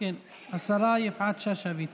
השרה יפעת שאשא ביטון.